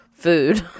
food